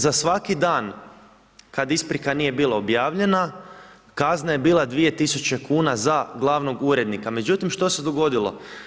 Za svaki dan kad isprika nije bila obavljena, kazna je bila 2 000 kuna za glavnog urednika, međutim što se dogodilo?